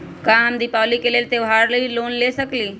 का हम दीपावली के लेल त्योहारी लोन ले सकई?